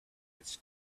its